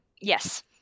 Yes